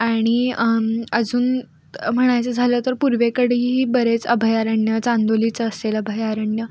आणि अजून म्हणायचं झालं तर पूर्वेकडेही बरेच अभयारण्य चांदोलीचं असेल अभयारण्य